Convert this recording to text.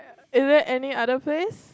is there any other place